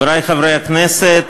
חברי חברי הכנסת,